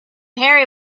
harry